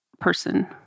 person